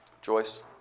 Joyce